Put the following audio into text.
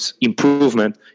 improvement